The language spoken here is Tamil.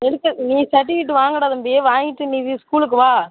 எதற்கு நீ சர்ட்டிவிகேட்டு வாங்குடா தம்பி வாங்கிகிட்டு நீ ஸ்கூலுக்கு வா